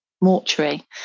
mortuary